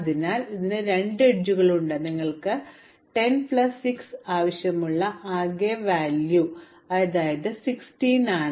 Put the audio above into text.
അതിനാൽ ഇതിന് ഉണ്ട് രണ്ട് അരികുകൾ നിങ്ങൾക്ക് 10 പ്ലസ് 6 ആവശ്യമുള്ള ആകെ ചെലവ് അതായത് 16 ആണ്